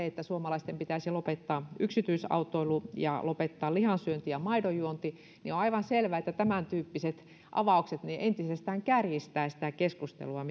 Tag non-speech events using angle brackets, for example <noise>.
<unintelligible> että suomalaisten pitäisi lopettaa yksityisautoilu ja lopettaa lihansyönti ja maidonjuonti niin on aivan selvää että tämäntyyppiset avaukset entisestään kärjistävät sitä keskustelua <unintelligible>